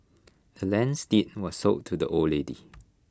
the land's deed was sold to the old lady